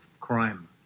crime